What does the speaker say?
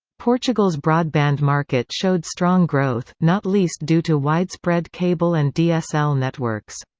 portugal's broadband market showed strong growth, not least due to widespread cable and dsl networks.